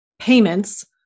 payments